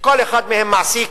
שכל אחד מהם מעסיק